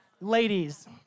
Ladies